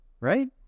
right